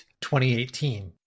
2018